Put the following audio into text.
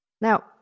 Now